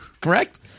Correct